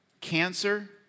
cancer